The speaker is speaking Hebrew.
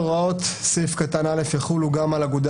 הוראות סעיף קטן (א) יחולו גם על אגודה